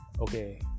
okay